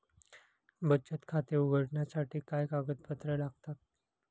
बचत खाते उघडण्यासाठी काय कागदपत्रे लागतात?